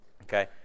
Okay